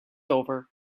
over